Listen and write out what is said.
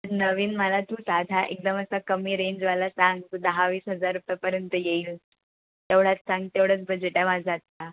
नवीन मला तू साधा एकदम असा कमी रेंजवाला सांग तू दहा वीस हजार रुपयापर्यंत येईल तेवढाच सांग तेवढंच बजेट आहे माझं आत्ता